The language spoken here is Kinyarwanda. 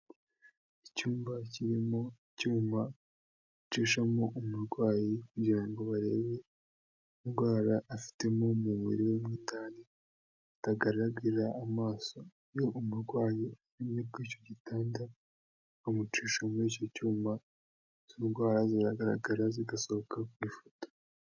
Icyumba kirimo icyuma bacishamo umurwayi kugira ngo barebe indwara afite mu mubiri w'itari atagaragarira amaso. Iyo umurwayi aryamye kuri icyo gitanda bamucisha muri icyo cyuma indwara ziragaragara zigasohoka ku ifoto.